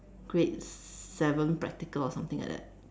grade seven practical or something like that